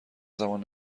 زمان